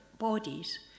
Bodies